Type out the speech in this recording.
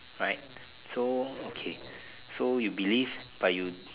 right so okay so you believe but you